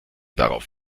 darauf